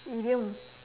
idiom